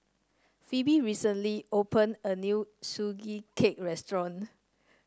Pheobe recently opened a new Sugee Cake restaurant